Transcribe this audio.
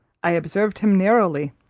i observed him narrowly,